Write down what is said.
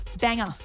Banger